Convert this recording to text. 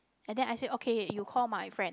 and then I say okay you call my friend